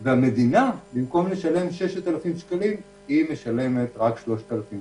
ובמקום שהמדינה תשלם 6,000 שקלים משלמת רק 3,000 שקלים.